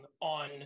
on